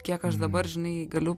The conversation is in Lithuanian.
kiek aš dabar žinai galiu